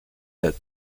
that